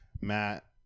Matt